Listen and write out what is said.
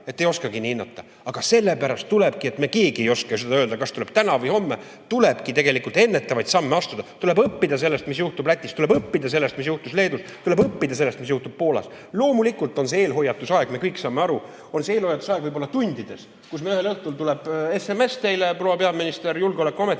ei oska seda hinnata. Aga sellepärast, et me keegi ei oska öelda, kas tuleb täna või homme, tulebki tegelikult ennetavaid samme astuda. Tuleb õppida sellest, mis juhtub Lätis, tuleb õppida sellest, mis juhtus Leedus, tuleb õppida sellest, mis juhtub Poolas. Loomulikult on see eelhoiatusaeg, me kõik saame aru. See võib olla eelhoiatusaeg tundides, kus ühel õhtul tuleb SMS teile, proua peaminister, julgeolekuametnikelt,